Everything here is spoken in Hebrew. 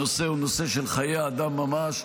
כי הנושא הוא נושא של חיי אדם ממש,